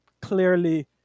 Clearly